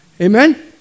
Amen